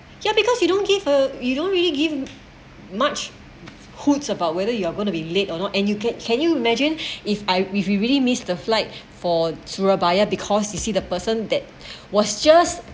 ya because you don't give her you don't really give much hoots about whether you are gonna be late or not and you can can you imagine if I if we really miss the flight for surabaya because you see the person that was just